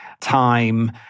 time